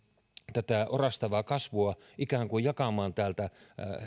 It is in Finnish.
tätä orastavaa kasvua ikään kuin jakamaan täältä